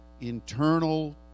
internal